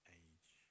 age